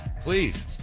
Please